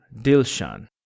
Dilshan